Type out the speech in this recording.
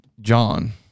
John